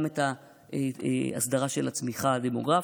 גם את ההסדרה של הצמיחה הדמוגרפית,